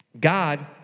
God